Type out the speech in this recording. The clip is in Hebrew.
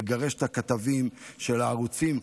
לגרש את הכתבים של הערוצים.